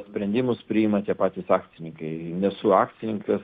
sprendimus priima tie patys akcininkai nesu akcininkas